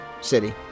city